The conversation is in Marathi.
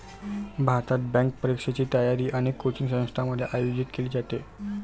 भारतात, बँक परीक्षेची तयारी अनेक कोचिंग संस्थांमध्ये आयोजित केली जाते